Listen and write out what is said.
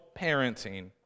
parenting